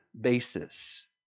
basis